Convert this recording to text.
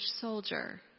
soldier